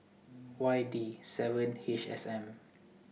Y D seven H S M